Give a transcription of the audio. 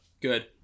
good